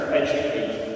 educate